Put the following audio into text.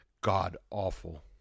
god-awful